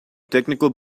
technical